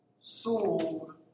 sold